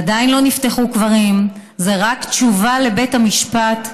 עדיין לא נפתחו קברים, זו רק תשובה לבית המשפט.